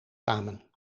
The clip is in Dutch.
samen